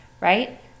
Right